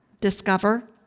discover